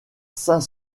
saint